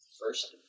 first